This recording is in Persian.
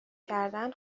کردن